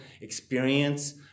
experience